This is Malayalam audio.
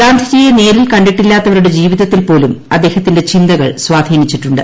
ഗാന്ധിജിയെ നേരിൽ കണ്ടിട്ടില്ലാത്തവരുടെ ജീവിതത്തിൽപ്പോലും അദ്ദേഹത്തിന്റെ ചിന്തകൾ സ്വാധീനിച്ചിട്ടുണ്ട്